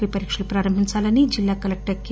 P పరీక్షలు ప్రారంభించాలని జిల్లా కలెక్టర్ కె